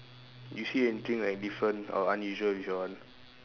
you see anything like different or unusual with your one